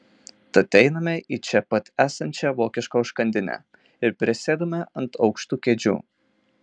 tad einame į čia pat esančią vokišką užkandinę ir prisėdame ant aukštų kėdžių